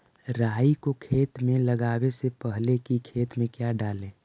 राई को खेत मे लगाबे से पहले कि खेत मे क्या डाले?